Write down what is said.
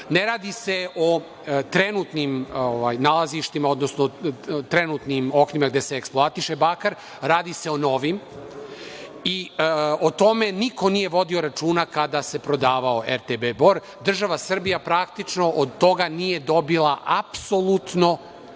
ne radi se o trenutnim nalazištima, odnosno trenutnim oknima gde se eksploatiše bakar, radi se o novim i o tome niko nije vodio računa, kada se prodavao RTB Bor. Država Srbija praktično od toga nije dobila apsolutno